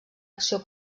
acció